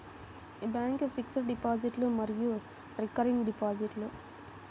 bank fixed డిపాజిట్లు మరియు recurring డిపాజిట్లు